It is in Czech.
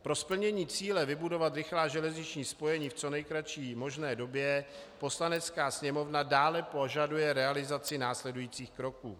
Pro splnění cíle vybudovat rychlá železniční spojení v co nejkratší možné době Poslanecká sněmovna dále požaduje realizaci následujících kroků: